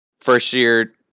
first-year